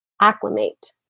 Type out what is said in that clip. acclimate